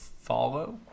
follow